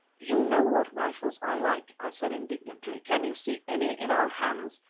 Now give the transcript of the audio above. you know what rifles are like, i said indignantly. can you see any in our hands?